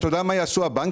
אתה יודע מה יעשו הבנקים?